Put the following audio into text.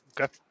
Okay